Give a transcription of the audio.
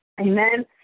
Amen